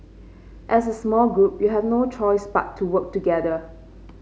as a small group you have no choice but to work together